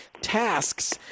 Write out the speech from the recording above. tasks